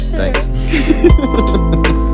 thanks